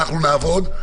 אנחנו נעבוד,